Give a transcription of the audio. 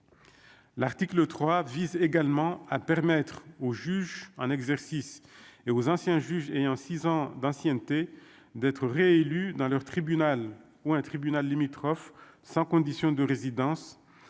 L'article 3 vise également à permettre aux juges un exercice et aux anciens juges et en 6 ans d'ancienneté d'être réélu dans leur tribunal ou un tribunal limitrophes, sans condition de résidence,